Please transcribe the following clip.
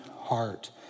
heart